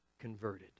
converted